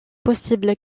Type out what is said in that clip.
possible